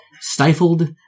stifled